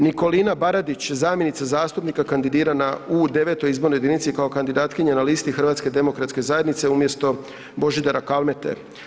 Nikolina Baradić, zamjenica zastupnika kandidirana u IX. izbornoj jedinici kao kandidatkinja na listi Hrvatske demokratske zajednice umjesto Božidara Kalmete.